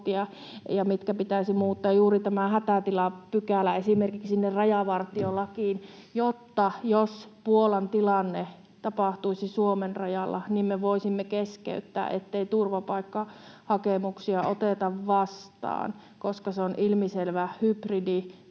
mitkä pitäisi muuttaa. Juuri tämä hätätilapykälä esimerkiksi sinne rajavartiolakiin, jotta, jos Puolan tilanne tapahtuisi Suomen rajalla, me voisimme keskeyttää turvapaikkahakemusten vastaanottamisen, koska se on ilmiselvä hybriditoimi